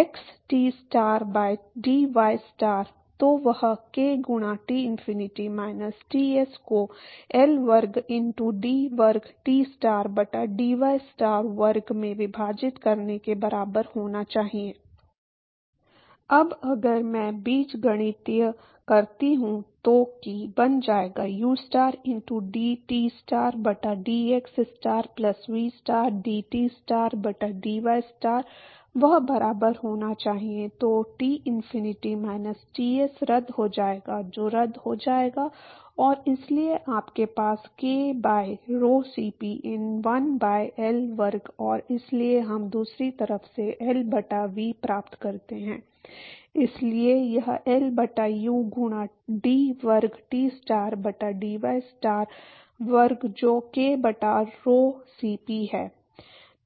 x T star by dy star तो वह k गुणा T इनफिनिटी माइनस Ts को L वर्ग इनटू d वर्ग Tstar बटा dyस्टार वर्ग में विभाजित करने के बराबर होना चाहिए अब अगर मैं बीजगणित करता हूं जो कि बन जाएगा ustar इनटूू dTstar बटा dxstar प्लस vstar dTstar बटा dy star वह बराबर होना चाहिए तो T इनफिनिटी माइनस Ts रद्द हो जाएगा जो रद्द हो जाएगा और इसलिए आपके पास k by rho Cp in1 by L वर्ग और इसलिए हम दूसरी तरफ से L बटा V प्राप्त करते हैं इसलिए यह L बटा U गुणा d वर्ग Tstar बटा dyस्टार वर्ग जो k बटा rho Cp है